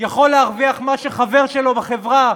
יכול להרוויח מה שחבר שלו בחברה